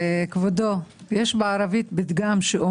כבודו, יש פתגם בערבית שאומר